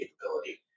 capability